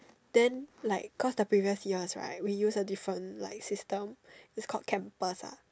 then like cause the previous years right we use a different like system is called campus ah